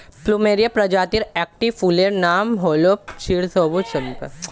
plumeria প্রজাতির একটি ফুলের নাম হল চিরসবুজ চম্পা